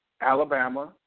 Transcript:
Alabama